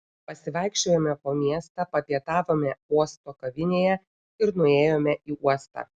pasivaikščiojome po miestą papietavome uosto kavinėje ir nuėjome į uostą